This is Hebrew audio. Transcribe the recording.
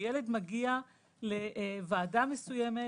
שילד מגיע לוועדה מסוימת